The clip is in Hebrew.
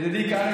ידידי קרעי,